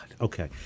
Okay